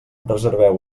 reserveu